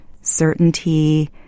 certainty